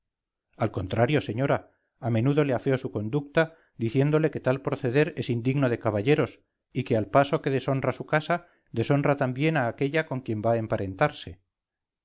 al contrario señora a menudo le afeo su conducta diciéndole que tal proceder es indigno de caballeros y que al paso que deshonra su casa deshonra también a aquella con quien va a